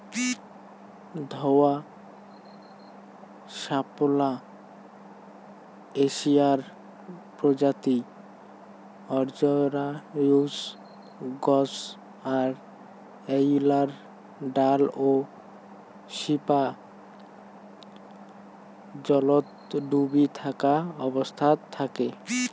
ধওলা শাপলা এশিয়ার প্রজাতি অজরায়ুজ গছ আর এ্যাইলার ডাল ও শিপা জলত ডুবি থাকা অবস্থাত থাকে